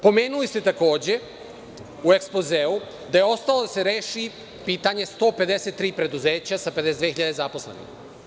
Pomenuli ste takođe u ekspozeu da je ostalo da se reši pitanje 153 preduzeća sa 52 hiljade zaposlenih.